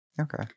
Okay